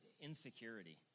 insecurity